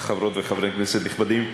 חברות וחברי כנסת נכבדים,